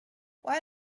why